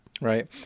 Right